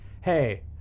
hey